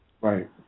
right